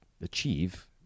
achieve